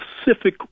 specific